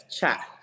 chat